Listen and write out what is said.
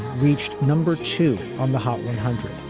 reached number two on the hot one hundred.